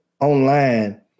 online